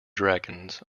dragons